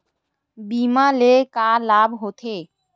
बीमा ले का लाभ होथे?